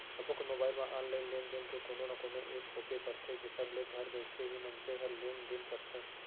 सबो के मोबाइल म ऑनलाइन लेन देन के कोनो न कोनो ऐप होबे करथे जेखर ले घर बइठे ही मनसे ह लेन देन करथे